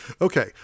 okay